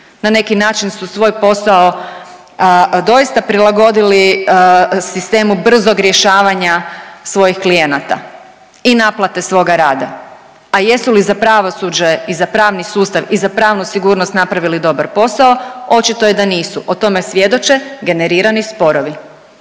Na neki način su svoj posao doista prilagodili sistemu brzog rješavanja svojih klijenata i naplate svoga rada. A jesu li za pravosuđe i za pravni sustav i za pravnu sigurnost napravili dobar posao očito je da nisu. O tome svjedoče generirani sporovi.